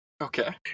Okay